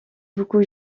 beaucoup